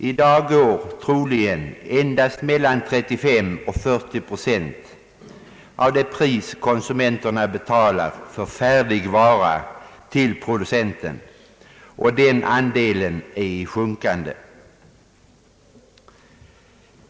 I dag går troligen endast mellan 35 och 40 procent av det pris konsumenterna betalar för färdig vara till producenten, och den andelen är i sjunkande.